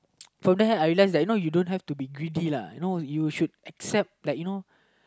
from there I learn that you know you don't have to be greedy lah you know you should accept like you know